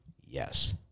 Yes